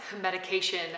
medication